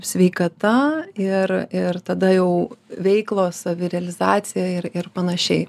sveikata ir ir tada jau veiklos savirealizacija ir ir panašiai